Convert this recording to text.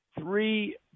Three